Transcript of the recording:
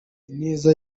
ineza